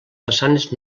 façanes